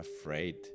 afraid